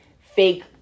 fake